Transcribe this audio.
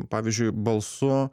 pavyzdžiui balsu